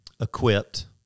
equipped